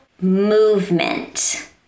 movement